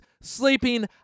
sleeping